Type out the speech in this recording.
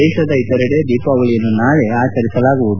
ದೇಶದ ಇತರೆಡೆ ದೀಪಾವಳಿಯನ್ನು ನಾಳೆ ಆಚರಿಸಲಾಗುವುದು